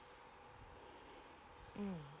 mm